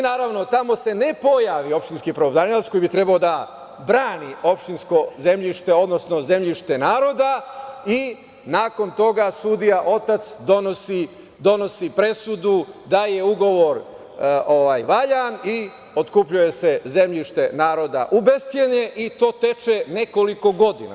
Naravno, tamo se ne pojavi opštinski pravobranilac koji bi trebao da brani opštinsko zemljište, odnosno zemljište naroda i nakon toga, sudija otac donosi presudu da je ugovor valjan i otkupljuje se zemljište naroda u bescenje i to teče nekoliko godina.